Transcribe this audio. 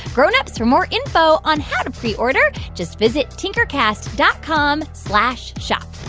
grown-ups, for more info on how to preorder, just visit tinkercast dot com slash shop.